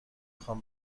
خوام